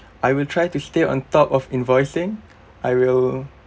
I will try to stay on top of invoicing I will